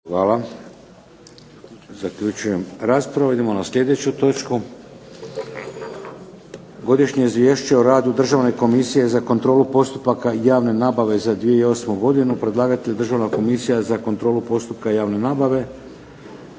Vladimir (HDZ)** Idemo na sljedeću točku –- Godišnje izvješće o radu Državne komisije za kontrolu postupaka javne nabave za 2008. godinu Predlagatelj Državna komisija za kontrolu postupka javne nabave.